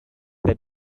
that